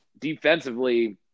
defensively